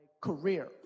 Career